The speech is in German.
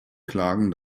klagen